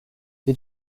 you